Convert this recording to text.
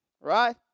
right